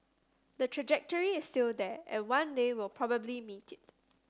the trajectory is still there and one day we'll probably meet it